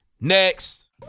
Next